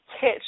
catch